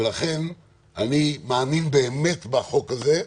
לכן אני מאמין באמת בחוק הזה,